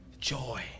joy